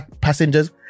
passengers